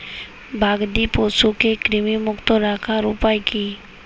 গবাদি পশুকে কৃমিমুক্ত রাখার উপায় কী?